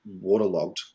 waterlogged